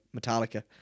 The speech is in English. Metallica